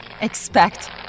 expect